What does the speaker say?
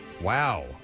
Wow